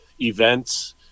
events